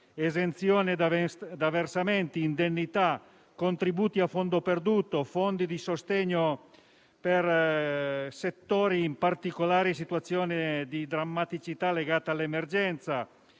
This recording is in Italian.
esenzione da versamenti, indennità, contributi a fondo perduto, fondi di sostegno per i settori in particolari situazioni di drammaticità a causa dell'emergenza,